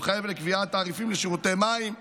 המחייב קביעת תעריפים לשירותי מים וביוב.